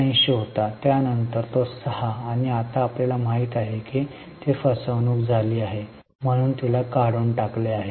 79 होते त्यानंतर 6 आणि आता आपल्याला माहित आहे की ती फसवणूक झाली आहे म्हणून तिला काढून टाकले गेले आहे